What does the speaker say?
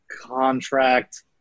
contract